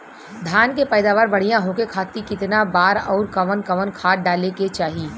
धान के पैदावार बढ़िया होखे खाती कितना बार अउर कवन कवन खाद डाले के चाही?